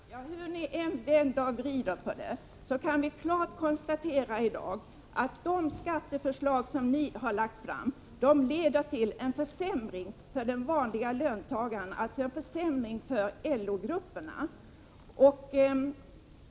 Herr talman! Hur ni än vänder och vrider på det hela kan det klart konstateras att de skatteförslag som ni moderater har lagt fram leder till en försämring för den vanlige löntagaren, dvs. en försämring för LO-grupperna.